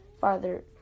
Farther